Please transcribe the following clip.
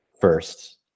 first